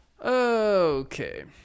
Okay